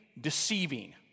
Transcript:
deceiving